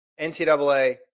NCAA